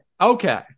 Okay